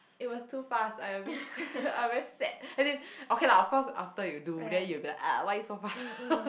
it was too fast I a bit I a bit sad as in okay lah of course after you do then you will be ugh why are you so fast